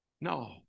No